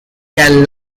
can